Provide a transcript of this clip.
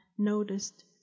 Noticed